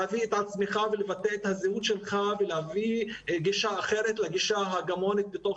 להביא את עצמך ולבטא את הזהות שלך ולהביא גישה אחרת לגישה ההגמונית בתוך